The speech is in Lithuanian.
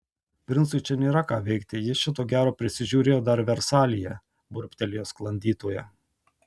princui čia nėra ką veikti jis šito gero prisižiūrėjo dar versalyje burbtelėjo sklandytoja